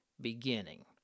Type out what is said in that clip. beginning